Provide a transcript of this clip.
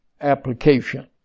application